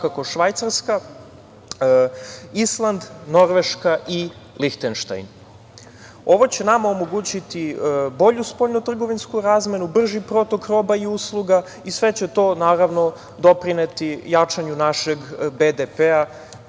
svakako Švajcarska, Island, Norveška i Lihtenštajn. Ovo će nama omogućiti bolju spoljno-trgovinsku razmenu, brži protok roba i usluga i sve će to doprineti jačanju našeg BDP-a